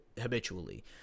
habitually